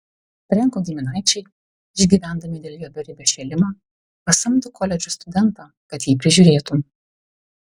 frenko giminaičiai išgyvendami dėl jo beribio šėlimo pasamdo koledžo studentą kad jį prižiūrėtų